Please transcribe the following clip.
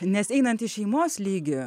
nes einant į šeimos lygį